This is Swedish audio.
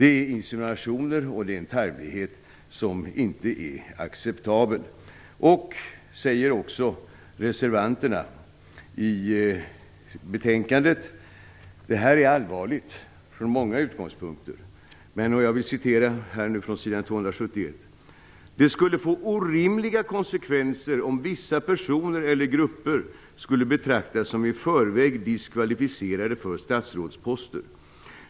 Det är insinuationer och en tarvlighet som inte är acceptabel. Reservanterna säger också i betänkandet att detta är allvarligt från många utgångspunkter. Jag vill citera från s. 271: "Det skulle få orimliga konsekvenser om vissa personer eller grupper skulle betraktas som i förväg diskvalificerade för statsrådsposter.